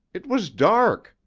it was dark,